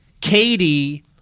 Katie